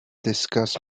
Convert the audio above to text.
discuss